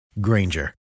Granger